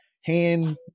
hand